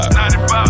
95